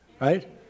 right